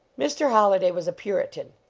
mr. holliday was a puritan.